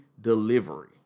delivery